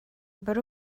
бер